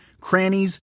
crannies